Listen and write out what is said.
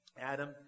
Adam